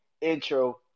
intro